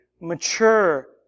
mature